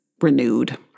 renewed